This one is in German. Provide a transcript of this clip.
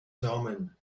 samen